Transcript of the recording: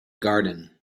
garden